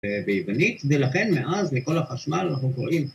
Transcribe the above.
ביוונית, ולכן מאז לכל החשמל אנחנו קוראים